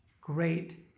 great